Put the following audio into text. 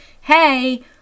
hey-